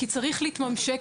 כי צריך להתממשק,